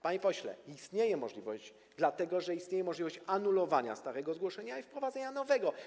Panie pośle, istnieje tak możliwość, dlatego że istnieje możliwość anulowania starego zgłoszenia i wprowadzenia nowego.